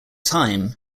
time